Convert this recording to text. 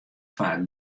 faak